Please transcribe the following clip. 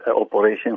operation